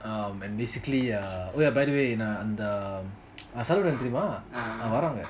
um and basically uh oh ya by the way நான் அந்த சரவணன் தெரியுமா அவன் வரன் அங்க:naan antha saravanan teriyuma avan varan anga